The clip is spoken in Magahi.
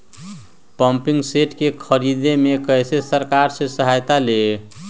पम्पिंग सेट के ख़रीदे मे कैसे सरकार से सहायता ले?